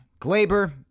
Glaber